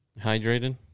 hydrated